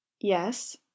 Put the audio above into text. Yes